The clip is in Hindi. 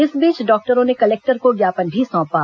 इस बीच डॉक्टरों ने कलेक्टर को ज्ञापन भी सौंपा